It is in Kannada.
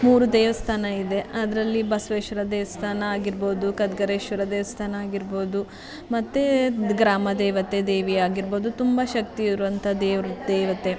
ಮೂರು ದೇವಸ್ಥಾನ ಇದೆ ಅದರಲ್ಲಿ ಬಸವೇಶ್ವರ ದೇವಸ್ಥಾನ ಆಗಿರ್ಬೋದು ಖದ್ಗರೇಶ್ವರ ದೇವಸ್ಥಾನ ಆಗಿರ್ಬೋದು ಮತ್ತು ಗ್ರಾಮ ದೇವತೆ ದೇವಿ ಆಗಿರ್ಬೋದು ತುಂಬ ಶಕ್ತಿ ಇರುವಂಥ ದೇವ್ರ ದೇವತೆ